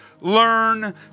learn